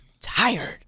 tired